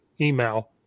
email